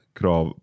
krav